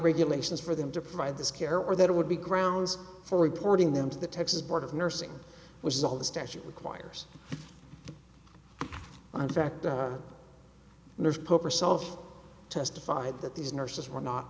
regulations for them to provide this care or that it would be grounds for reporting them to the texas board of nursing which is all the statute requires and fact and the pope herself testified that these nurses were not